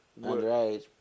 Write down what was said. Underage